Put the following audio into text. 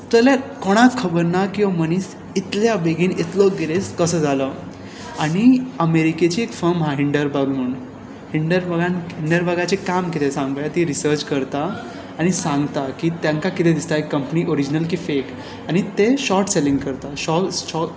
कोणाक खबर ना की हे मनीस इतले बेगीन इतलो गिरेस्त कसो जालो आनी अमेरिकेचे एक फर्म आसा किंडरबर्ग म्हणून किंडरबर्गाचें काम कितें सांग पळोवया ती रिसर्च करता आनी सांगता की एक कंपनी ऑरिजिनल की फेक आनी तें शोर्ट सेलिंग करता